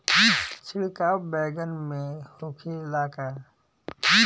छिड़काव बैगन में होखे ला का?